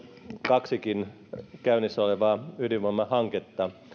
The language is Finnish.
kaksikin käynnissä olevaa ydinvoimahanketta